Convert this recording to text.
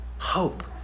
hope